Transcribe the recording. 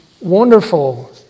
wonderful